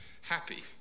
happy